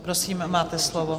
Prosím, máte slovo.